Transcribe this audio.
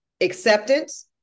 acceptance